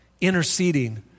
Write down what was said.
interceding